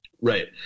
Right